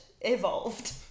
evolved